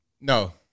No